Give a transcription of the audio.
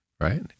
right